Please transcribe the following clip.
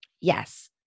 Yes